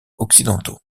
occidentaux